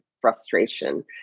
frustration